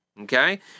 Okay